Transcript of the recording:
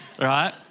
right